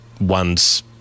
one's